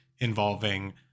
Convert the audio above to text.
involving